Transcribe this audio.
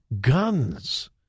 guns